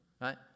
Right